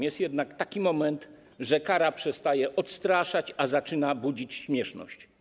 Jest jednak taki moment, że kara przestaje odstraszać, a zaczyna budzić śmieszność.